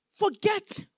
forget